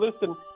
listen